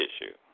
issue